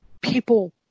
people